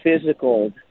physical